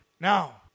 Now